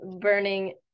burning